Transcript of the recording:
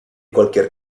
cualquier